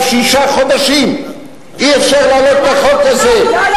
שישה חודשים אי-אפשר להעלות את החוק הזה.